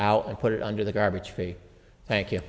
out and put it under the garbage free thank you